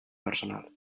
personal